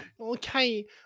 Okay